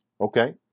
Okay